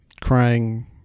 crying